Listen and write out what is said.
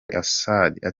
atsinda